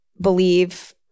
believe